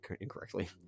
incorrectly